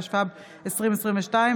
התשפ"ב 2022,